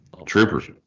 Troopers